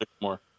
more